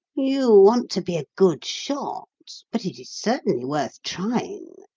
you want to be a good shot, but it is certainly worth trying,